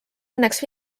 õnneks